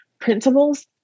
principles